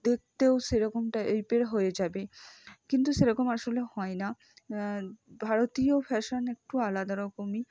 দেখতেও সেরকম টাইপের হয়ে যাবে কিন্তু সেরকম আসলে হয় না ভারতীয় ফ্যাশন একটু আলাদা রকমই